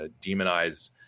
demonize